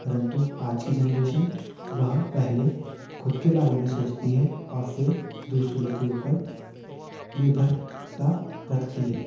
परन्तु आज की जेनेरेशन वह पहले खुद के बारे में सोचती है और फिर दूसरों के ऊपर निर्भरता रखती है